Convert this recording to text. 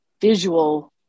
visual